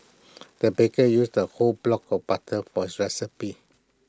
the baker used A whole block of butter for recipe